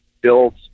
build